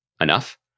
enough